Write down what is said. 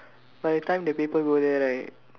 by the time the paper go there right